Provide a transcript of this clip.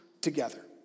together